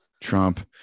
Trump